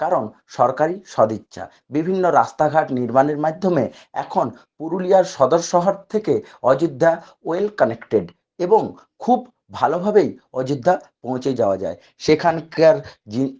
কারণ সরকারি সদিচ্ছা বিভিন্ন রাস্তাঘাট নির্মাণের মাধ্যমে এখন পুরুলিয়ার সদর শহর থেকে অযোধ্যা ওয়েল কানেক্টেড এবং খুব ভালোভাবেই অযোধ্যা পৌঁছে যাওয়া যায় সেখানকার যে